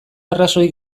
arrazoi